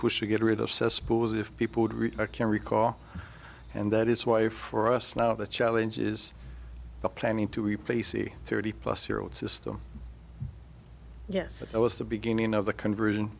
push to get rid of cesspools if people would we can recall and that is why for us now the challenge is the planning to replace the thirty plus year old system yes it was the beginning of the conversion